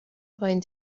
پایین